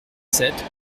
sept